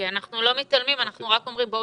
אנחנו לא מתעלמים אנחנו רק אומרים: בואו